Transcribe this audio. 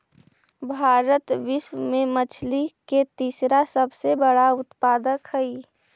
भारत विश्व में मछली के तीसरा सबसे बड़ा उत्पादक हई